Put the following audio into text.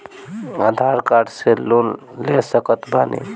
आधार card से loan ले सकत बणी?